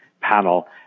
panel